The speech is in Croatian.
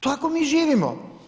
Tako mi živimo.